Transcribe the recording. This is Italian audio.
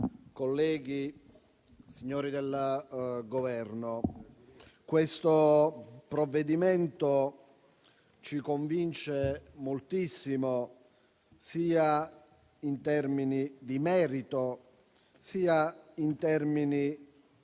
colleghi, signori del Governo, questo provvedimento ci convince moltissimo, in termini sia di merito, sia di